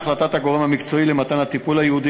החלטת הגורם המקצועי למתן הטיפול הייעודי